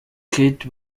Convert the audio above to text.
kate